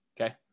okay